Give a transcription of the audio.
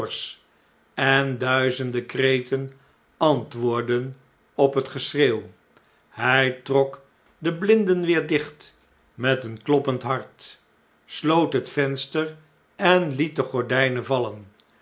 en duizenden kreten antwoordden op het geschreeuw hfl trok de blinden weer dicht met een kloppend hart sloot het venster en liet de gordijnen v